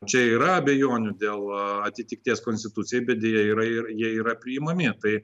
čia yra abejonių dėl atitikties konstitucijai bet deja yra ir jie yra priimami tai